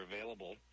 available